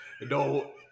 No